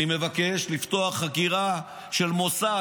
אני מבקש לפתוח חקירה של מוסד,